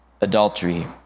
adultery